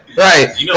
Right